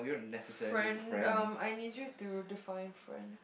friend um I need you to define friend